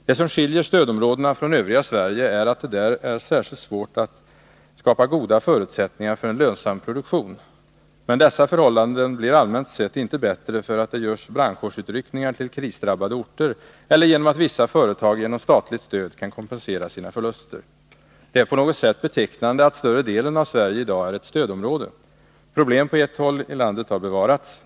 Det som skiljer stödområdena från övriga Sverige är att det där är särskilt svårt att skapa goda förutsättningar för en lönsam produktion. Men dessa förhållanden blir allmänt sett inte bättre för att det görs brandkårsutryckningar till krisdrabbade orter eller genom att vissa företag medelst statligt stöd kan kompensera sina förluster. Det är på något sätt betecknande att större delen av Sverige i dag är ett stödområde. Problem på ett håll i landet har bevarats.